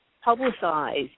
publicized